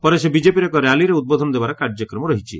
ପରେ ସେ ବିକେପିର ଏକ ର୍ୟାଲିରେ ଉଦ୍ବୋଧନ ଦେବାର କାର୍ଯ୍ୟକ୍ରମ ରହିଛି